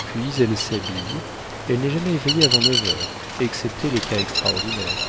puis elle s'habille elle n'est jamais éveillée avant neuf heures excepté les cas extraordinaires